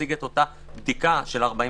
להציג את אותה בדיקה של 48